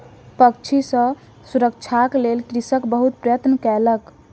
पक्षी सॅ सुरक्षाक लेल कृषक बहुत प्रयत्न कयलक